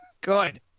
good